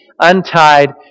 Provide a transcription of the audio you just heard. untied